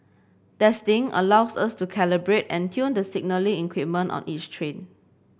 testing allows us to calibrate and tune the signalling equipment on each train